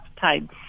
time